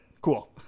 cool